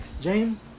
James